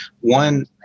one